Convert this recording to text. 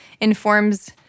informs